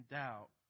doubt